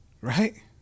Right